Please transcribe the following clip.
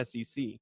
SEC